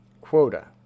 Quota